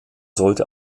sollte